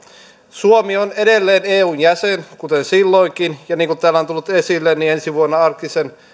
suomi on edelleen eun jäsen kuten silloinkin ja niin kuin täällä on tullut esille ensi vuonna arktisen